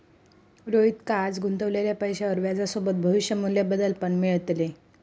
रोहितका आज गुंतवलेल्या पैशावर व्याजसोबत भविष्य मू्ल्य बदल पण मिळतले